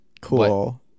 Cool